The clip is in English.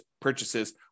purchases